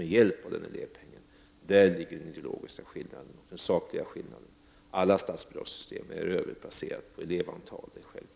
Däri ligger den ideologiska och sakliga skillnaden. Alla statsbidragssystem är i övrigt baserade på elevantal — det är självklart.